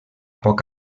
poc